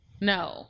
No